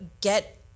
get